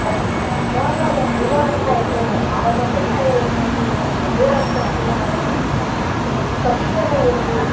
but ನಮ್ಗೆ ಯಾವಾಗ ಅದು ಅರಿವಾಗುತ್ತೆ ಅಂದರೆ ನಾವು ಯಾವಾಗ ಬೆಳೀತಾ ಹೋಗ್ತಾ ಇರ್ತೀವಿ ಯಾವಾಗ ದೊಡ್ಡವರಾಗ್ತಾ ಇರ್ತೀವೋ ಆವಾಗ ನಮಗೆ ಒಂದು ಸಮಯದ ಒಂದು